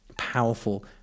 powerful